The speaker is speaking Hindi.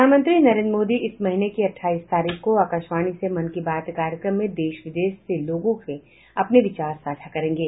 प्रधानमंत्री नरेन्द्र मोदी इस महीने की अठाईस तारीख को आकाशवाणी से मन की बात कार्यक्रम में देश विदेश में लोगों के साथ अपने विचार साझा करेंगे